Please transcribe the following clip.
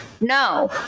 No